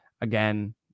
again